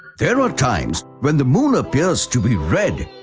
there are times when the moon appears to be red.